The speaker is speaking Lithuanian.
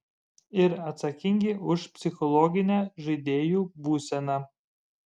ir atsakingi už psichologinę žaidėjų būseną